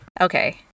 Okay